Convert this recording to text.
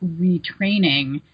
retraining